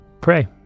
Pray